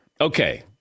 Okay